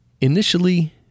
Initially